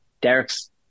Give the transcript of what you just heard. Derek's